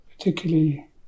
Particularly